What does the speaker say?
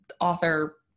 author